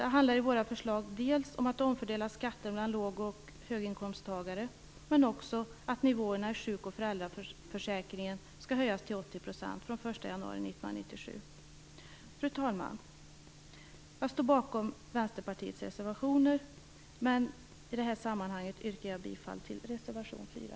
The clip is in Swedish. Enligt våra förslag handlar det dels om att omfördela skatterna mellan låg och höginkomsttagare, dels om att nivåerna i sjuk och föräldraförsäkringen skall höjas till 80 % från den 1 januari 1997. Fru talman! Jag står bakom Vänsterpartiets reservationer, men i det här sammanhanget yrkar jag bifall till reservation 4.